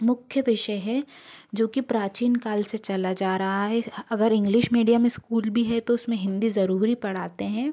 मुख्य विषय है जो कि प्राचिन काल से चला जा रहा है अगर इंग्लिश मीडियम स्कूल भी है तो उस में हिंदी ज़रूर ही पढ़ाते हैं